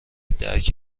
درک